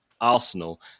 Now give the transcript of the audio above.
Arsenal